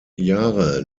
jahre